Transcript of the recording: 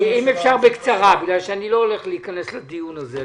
אם אפשר בקצרה, כי אני לא הולך להיכנס לדיון הזה.